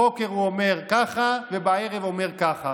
בבוקר הוא אומר כך ובערב הוא אומר כך,